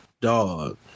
dog